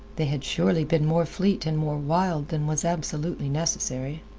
they had surely been more fleet and more wild than was absolutely necessary.